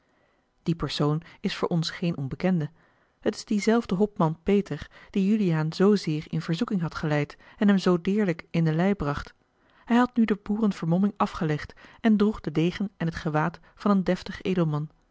die persoon is voor ons geen onbekende het is diezelfde hopman peter die juliaan zoozeer in verzoeking had geleid en hem zoo deerlijk in de lij bracht hij had nu de boerenvermomming afgelegd en droeg den degen en het gewaad van een deftig edelman